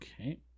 Okay